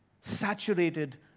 saturated